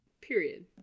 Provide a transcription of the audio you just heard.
Period